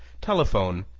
telephone,